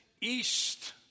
east